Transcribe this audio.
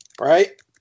Right